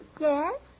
Yes